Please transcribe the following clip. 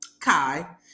Kai